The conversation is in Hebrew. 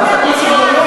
חברת הכנסת גלאון?